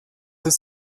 ist